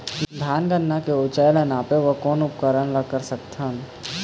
धान गन्ना के ऊंचाई ला नापे बर कोन उपकरण ला कर सकथन?